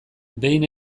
behin